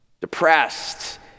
depressed